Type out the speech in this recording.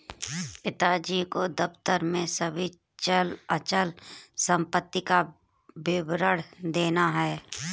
पिताजी को दफ्तर में सभी चल अचल संपत्ति का विवरण देना है